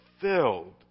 filled